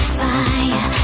fire